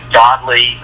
godly